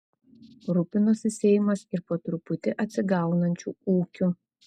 rūpinosi seimas ir po truputį atsigaunančiu ūkiu